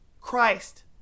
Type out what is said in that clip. Christ